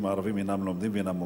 הערבים אינם לומדים ואינם עובדים,